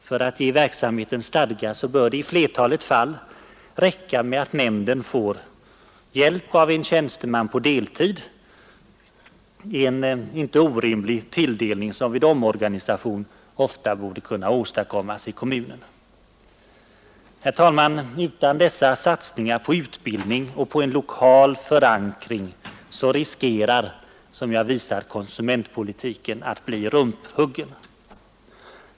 För att ge verksamheten stadga bör det i flertalet fall räcka med att nämnden får hjälp av en tjänsteman på deltid, en inte orimlig tilldelning som vid omorganisationer ofta borde kunna åstadkommas i kommunerna. Herr talman! Utan dessa satsningar på utbildning och på en lokal förankring riskerar, som jag visat, konsumentpolitiken att bli rumphuggen.